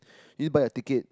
he buy a ticket